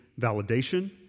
validation